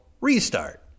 Restart